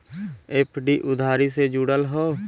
FD उधारी से जुड़ल हौ